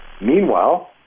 Meanwhile